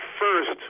first